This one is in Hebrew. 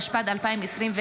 התשפ"ד 2024,